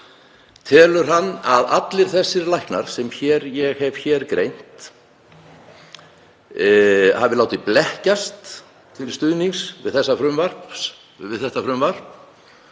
Telur hann að allir þessir læknar sem ég hef hér tilgreint hafi látið blekkjast til stuðnings við þetta frumvarp, eða telur